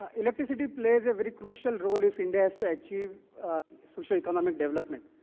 electricity plays a very crucial role if india is to achieve socioeconomic development.